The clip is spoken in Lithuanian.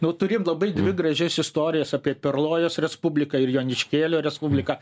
nu turim labai dvi gražias istorijas apie perlojos respubliką ir joniškėlio respubliką